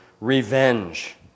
REVENGE